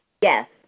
Yes